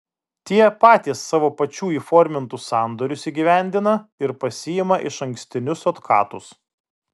tie patys savo pačių įformintus sandorius įgyvendina ir pasiima išankstinius otkatus